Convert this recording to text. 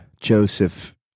Joseph